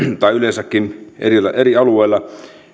tai yleensäkin eri eri alueilla